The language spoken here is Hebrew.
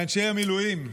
לאנשי המילואים,